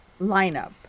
lineup